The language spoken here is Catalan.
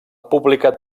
publicat